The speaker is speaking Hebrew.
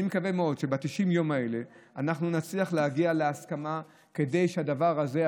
אני מקווה מאוד שב-90 היום האלה נצליח להגיע להסכמה כדי שהדבר הזה,